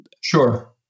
Sure